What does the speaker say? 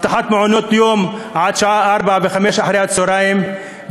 הבטחת מעונות-יום עד השעות 16:00 ו-17:00,